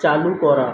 চালু করা